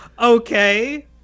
Okay